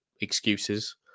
excuses